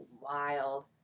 wild